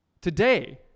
today